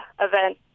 event